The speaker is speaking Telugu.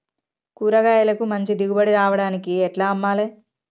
కూరగాయలకు మంచి దిగుబడి రావడానికి ఎట్ల అమ్మాలే?